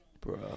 Bro